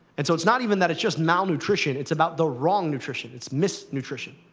and so it's not even that it's just malnutrition, it's about the wrong nutrition. it's misnutrition.